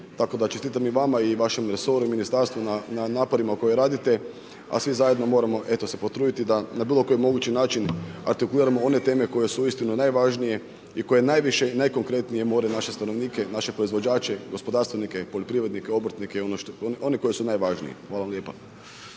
Tako da čestitam i vama i vašem resoru i ministarstvu na naporima koje radite a svi zajedno moramo eto se potruditi da na bilo kojim mogući način artikuliramo one teme koje su uistinu najvažnije i koje najviše i najkonkretnije more naše stanovnike i naše proizvođače, gospodarstvenike, poljoprivrednike, obrtnike i one koji su najvažniji. Hvala vam lijepa.